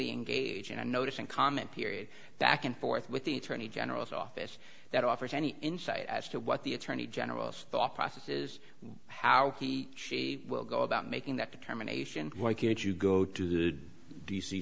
engage in a notice and comment period back and forth with the attorney general's office that offers any insight as to what the attorney general's thought process is how he she will go about making that determination why can't you go to